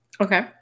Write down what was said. Okay